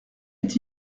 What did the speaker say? est